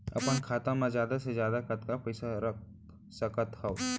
अपन खाता मा जादा से जादा कतका पइसा रख सकत हव?